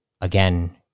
again